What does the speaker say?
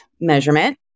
measurement